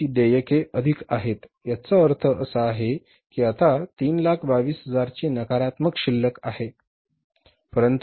याचा अर्थ असा आहे की आता 322000 ची नकारात्मक शिल्लक आहे